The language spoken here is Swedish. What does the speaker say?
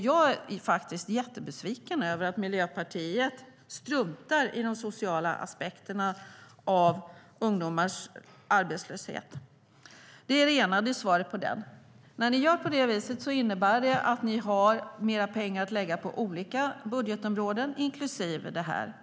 Jag är jättebesviken över att Miljöpartiet struntar i de sociala aspekterna av ungdomars arbetslöshet. Det är svaret på det. När ni gör på det viset innebär det att ni har mer pengar att lägga på olika budgetområden, inklusive detta.